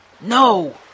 No